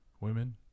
Women